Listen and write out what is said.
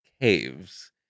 caves